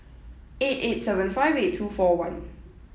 eight eight seven five eight two four one